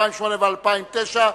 2008 ו-2009),